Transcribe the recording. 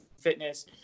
fitness